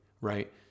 right